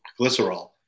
glycerol